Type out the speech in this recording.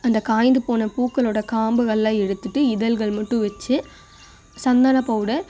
அந்த காய்ந்து போன பூக்களோட காம்புகள்லாம் எடுத்துவிட்டு இதழ்கள் மட்டும் வச்சி சந்தன பௌடர்